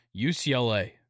UCLA